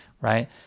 right